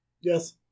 Yes